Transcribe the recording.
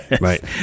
Right